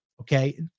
Okay